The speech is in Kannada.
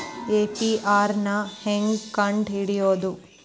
ಎ.ಪಿ.ಆರ್ ನ ಹೆಂಗ್ ಕಂಡ್ ಹಿಡಿಯೋದು?